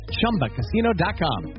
Chumbacasino.com